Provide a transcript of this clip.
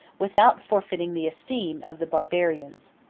without forfeiting the esteem, of the barbarians.